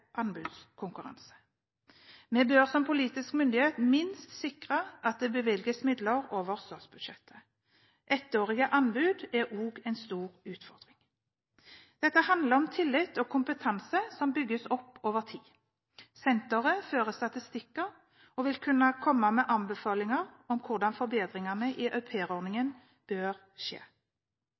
Vi bør som politisk myndighet minst sikre at det bevilges midler over statsbudsjettet. Ettårige anbud er også en stor utfordring. Dette handler om tillit og kompetanse som bygges opp over tid. Senteret fører statistikker og vil kunne komme med anbefalinger om hvordan forbedringene i aupairordningen bør skje.